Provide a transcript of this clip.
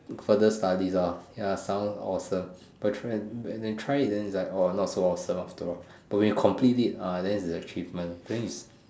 further studies ah ya sound awesome but when when you try it like !wah! not so awesome after all but when you complete it ah then its actually an achievement